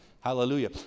Hallelujah